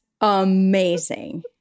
amazing